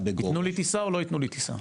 יתנו לי טיסה או שלא יתנו לי טיסה?